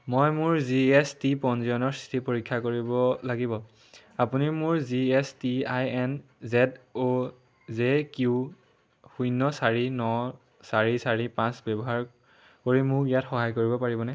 মই মোৰ G S T পঞ্জীয়নৰ স্থিতি পৰীক্ষা কৰিব লাগিব আপুনি মোৰ G S T I N Z O J Q শূন্য চাৰি ন চাৰি চাৰি পাঁচ ব্যৱহাৰ কৰি মোক ইয়াত সহায় কৰিব পাৰিবনে